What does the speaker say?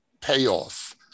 payoff